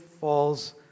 falls